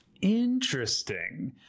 Interesting